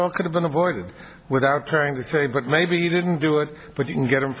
all could've been avoided without trying to say but maybe you didn't do it but you can get